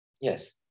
yes